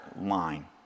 line